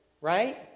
right